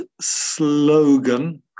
slogan